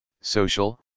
social